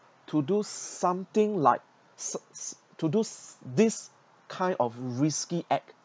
to do something like s~ to do this kind of risky act